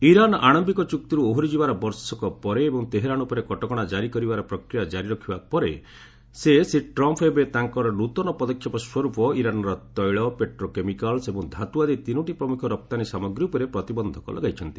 Iran ଆଶିବିକ ଚୁକ୍ତିରୁ ଓହରିଯିବାର ବର୍ଷକ ପରେ ଏବଂ ତେହେରାନ୍ ଉପରେ କଟକଣା ଜାରି କରିବାର ପ୍ରକ୍ରିୟା ଜାରି ରଖିବା ପରେ ସେ ଶ୍ରୀ ଟ୍ରମ୍ପ୍ ଏବେ ତାଙ୍କର ନୂତନ ପଦକ୍ଷେପ ସ୍ୱରୂପ ଇରାନ୍ର ତୈଳ ପେଟ୍ରୋ କେମିକାଲ୍ସ ଏବଂ ଧାତୁ ଆଦି ତିନୋଟି ପ୍ରମୁଖ ରପ୍ତାନୀ ସାମଗ୍ରୀ ଉପରେ ପ୍ରତିବନ୍ଧକ ଲଗାଇଛନ୍ତି